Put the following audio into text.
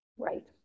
Right